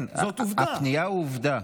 כן, הפנייה היא עובדה.